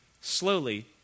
slowly